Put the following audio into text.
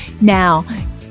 Now